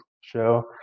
show